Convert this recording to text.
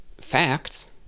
facts